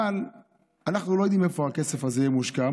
אבל אנחנו לא יודעים איפה הכסף הזה יהיה מושקע.